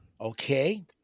Okay